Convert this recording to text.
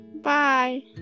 Bye